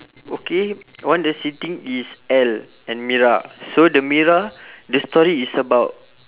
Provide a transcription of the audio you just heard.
okay on the sitting is L and mira so the mira the story is about